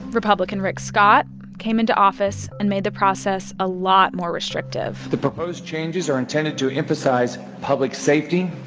republican rick scott came into office and made the process a lot more restrictive the proposed changes are intended to emphasize public safety,